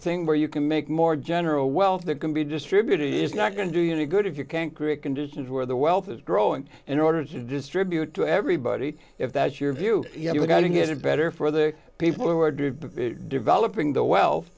thing where you can make more general wealth that can be distributed is not going to do you any good if you can create conditions where the wealth is growing in order to distribute to everybody if that's your view you have got together better for the people who are doing developing the wealth